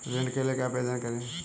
ऋण के लिए कैसे आवेदन करें?